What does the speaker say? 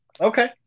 Okay